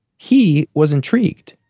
he was intrigued.